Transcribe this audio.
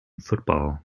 football